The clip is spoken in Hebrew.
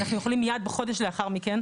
אנחנו יכולים מייד בחודש לאחר מכן,